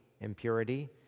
impurity